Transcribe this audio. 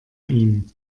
ihn